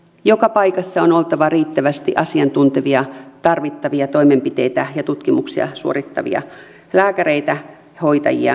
joka paikassa on oltava riittävästi asiantuntevia tarvittavia toimenpiteitä ja tutkimuksia suorittavia lääkäreitä hoitajia kätilöitä